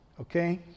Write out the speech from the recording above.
okay